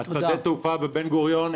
שדה התעופה בבן גוריון,